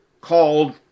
called